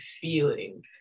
feeling